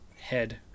Head